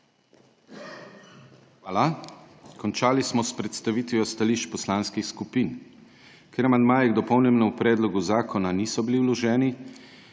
Hvala. Končali smo s predstavitvijo stališč poslanskih skupin. Ker amandmaji k dopolnjenemu predlogu zakona niso bili vloženi,